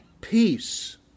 Peace